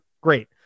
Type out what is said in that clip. Great